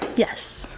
yes?